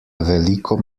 veliko